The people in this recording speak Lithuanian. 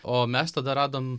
o mes tada radom